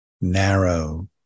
narrow